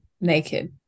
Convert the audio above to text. naked